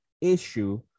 issue